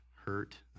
hurt